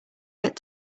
get